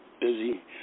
busy